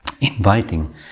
inviting